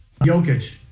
Jokic